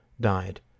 died